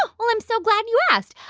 ah well, i'm so glad you asked.